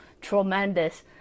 tremendous